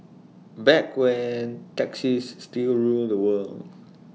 back when taxis still ruled the world